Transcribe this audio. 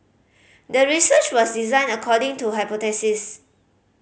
the research was designed according to hypothesis